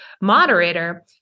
moderator